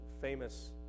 famous